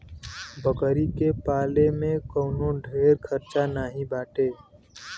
बकरी के पाले में कवनो ढेर खर्चा नाही बाटे